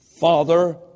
Father